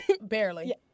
Barely